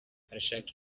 arashaka